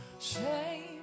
Shame